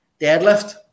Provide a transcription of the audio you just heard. deadlift